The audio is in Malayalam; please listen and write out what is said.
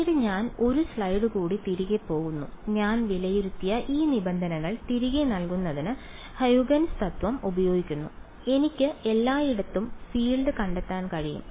പിന്നീട് ഞാൻ 1 സ്ലൈഡ് കൂടി തിരികെ പോകുന്നു ഞാൻ വിലയിരുത്തിയ ഈ നിബന്ധനകൾ തിരികെ നൽകുന്നതിന് ഹ്യൂഗൻസ് തത്വം ഉപയോഗിക്കുന്നു എനിക്ക് എല്ലായിടത്തും ഫീൽഡ് കണ്ടെത്താൻ കഴിയും